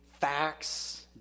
facts